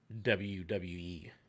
WWE